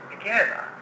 again